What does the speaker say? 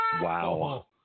wow